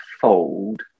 fold